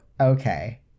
okay